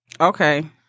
Okay